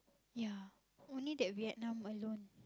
ya only that Vietnam I don't